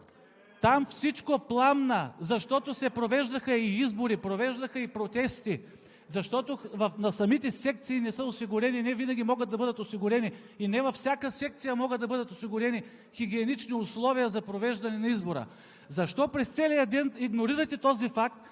там всичко пламна, защото се провеждаха избори, провеждаха се и протести, защото и на самите секции не са осигурени – невинаги могат да бъдат осигурени, и не във всяка секция могат да бъдат осигурени хигиенични условия за провеждане на избора. Защо през целия ден игнорирате този факт